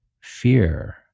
fear